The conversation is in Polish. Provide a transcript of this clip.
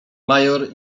major